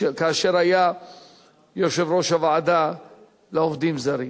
שכאשר היה יושב-ראש הוועדה לעובדים זרים